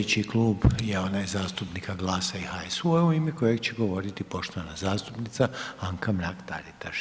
Sljedeći Klub je onaj zastupnika GLAS-a i HSU-a u ime kojeg će govoriti poštovana zastupnica Anka Mrak Taritaš.